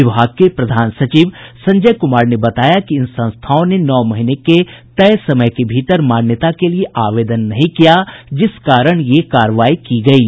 विभाग के प्रधान सचिव संजय कुमार ने बताया कि इन संस्थाओं ने नौ महीने के तय समय के भीतर मान्यता के लिये आवेदन नहीं किया जिस कारण ये कार्रवाई की गयी